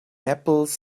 apples